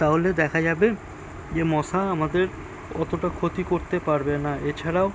তাহলে দেখা যাবে যে মশা আমাদের অতটা ক্ষতি করতে পারবে না এছাড়াও